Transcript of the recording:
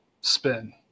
spin